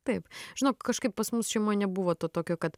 taip žinok kažkaip pas mus šeimoj nebuvo to tokio kad